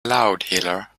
loudhailer